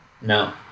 No